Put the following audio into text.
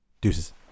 Deuces